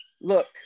look